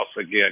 again